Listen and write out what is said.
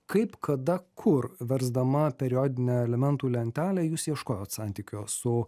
kaip kada kur versdama periodinę elementų lentelę jūs ieškojot santykio su